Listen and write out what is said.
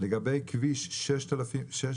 לגבי כביש 6500,